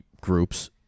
groups